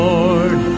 Lord